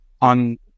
on